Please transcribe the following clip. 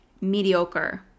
mediocre